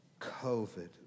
COVID